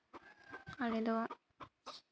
ᱟᱞᱮ ᱫᱚ